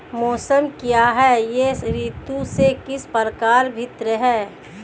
मौसम क्या है यह ऋतु से किस प्रकार भिन्न है?